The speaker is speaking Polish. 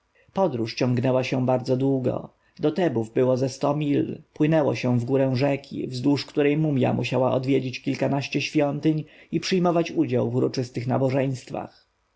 podróż ciągnęła się bardzo długo do tebów było ze sto mil płynęło się wgórę rzeki wzdłuż której mumja musiała odwiedzić kilkanaście świątyń i przyjmować udział w uroczystych nabożeństwach